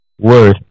worth